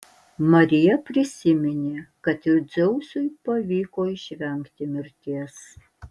marija prisiminė kad ir dzeusui pavyko išvengti mirties